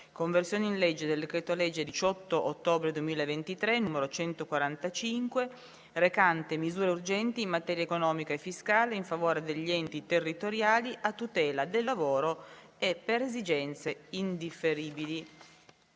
«Conversione in legge del decreto-legge 18 ottobre 2023, n. 145, recante misure urgenti in materia economica e fiscale, in favore degli enti territoriali, a tutela del lavoro e per esigenze indifferibili»